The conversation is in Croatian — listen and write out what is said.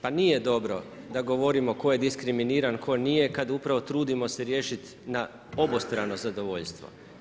Pa nije dobro da govorimo tko je diskriminiran, tko nije kada upravo trudimo se riješiti na obostrano zadovoljstvo.